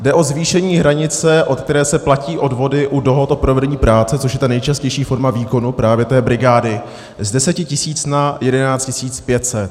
Jde o zvýšení hranice, od které se platí odvody u dohod o provedení práce, což je ta nejčastější forma výkonu právě té brigády, z 10 tisíc na 11 500 korun.